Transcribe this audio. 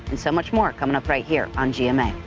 and so much more coming up right here on gma.